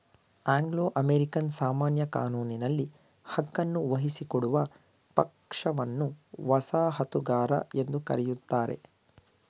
Anglo American ಸಾಮಾನ್ಯ ಕಾನೂನಿನಲ್ಲಿ ಹಕ್ಕನ್ನು ವಹಿಸಿಕೊಡುವ ಪಕ್ಷವನ್ನ ವಸಾಹತುಗಾರ ಎಂದು ಕರೆಯುತ್ತಾರೆ